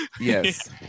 Yes